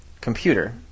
computer